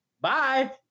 Bye